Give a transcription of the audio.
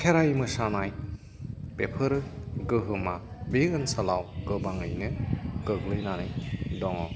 खेराय मोसानाय बेफोर गोहोमआ बे ओन्सोलाव गोबाङैनो गोग्लैनानै दङ